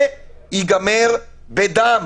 זה ייגמר בדם